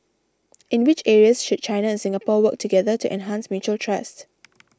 in which areas should China and Singapore work together to enhance mutual trust